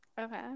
Okay